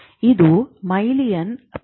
ಇದು ಮೈಲಿನ್ ಪೊರೆ